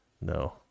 no